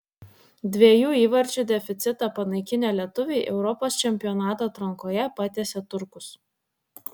dviejų įvarčių deficitą panaikinę lietuviai europos čempionato atrankoje patiesė turkus